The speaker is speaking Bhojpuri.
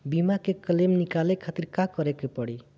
बीमा के क्लेम निकाले के खातिर का करे के पड़ी?